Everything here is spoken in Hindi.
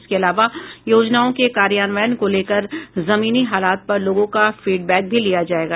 इसके अलावा योजनाओं के कार्यान्वयन को लेकर जमीनी हालात पर लोगों का फीडबैक भी लिया जायेगा